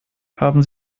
haben